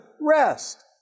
rest